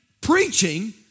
preaching